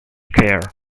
care